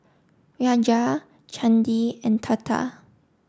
Raja Chandi and Tata